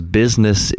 business